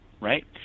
right